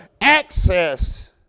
access